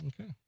Okay